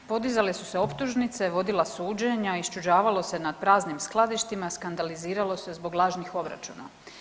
Podizale su se optužnice, vodila suđenja, iščuđavalo se na praznim skladištima, skandaliziralo se zbog lažnih obračuna.